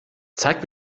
zeig